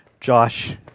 Josh